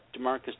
Demarcus